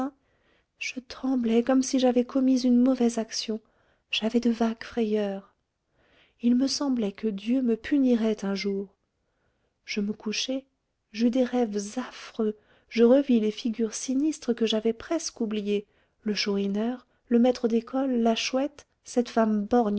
je tremblais comme si j'avais commis une mauvaise action j'avais de vagues frayeurs il me semblait que dieu me punirait un jour je me couchai j'eus des rêves affreux je revis les figures sinistres que j'avais presque oubliées le chourineur le maître d'école la chouette cette femme